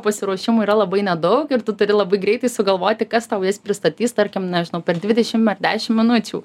pasiruošimui yra labai nedaug ir tu turi labai greitai sugalvoti kas tau jas pristatys tarkim nežinau per dvidešim ar dešim minučių